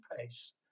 pace